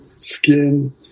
skin